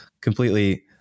completely